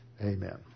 Amen